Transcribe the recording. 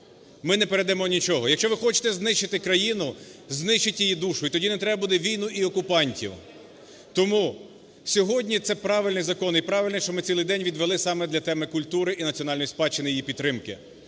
ми не передамо нічого. Якщо ви хочете знищити країну, знищіть її душу і тоді не треба буде війну, і окупантів. Тому сьогодні це правильний закон і правильно, що ми цілий день відвели саме для теми культури і національної спадщини її підтримки.